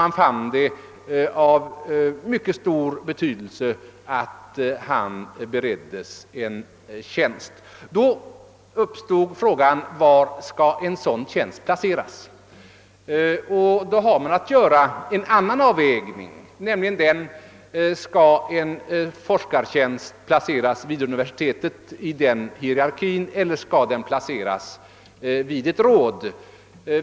Man fann det av mycket stor betydelse att han bereddes en fast tjänst. Då uppstod frågan, var skall en sådan tjänst placeras? Därvid har man att göra en annan avvägning, nämligen den om en forskartjänst skall placeras vid universitetet, alltså infogas i hierarkin där eller om den skall placeras vid ett forskningsråd.